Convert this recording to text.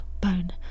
bone